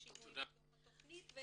שינויים מתוך התכנית.